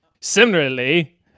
Similarly